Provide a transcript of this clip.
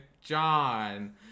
John